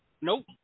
Nope